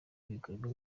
ibikorwa